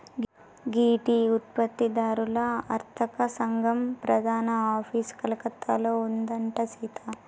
గీ tea ఉత్పత్తి దారుల అర్తక సంగం ప్రధాన ఆఫీసు కలకత్తాలో ఉందంట సీత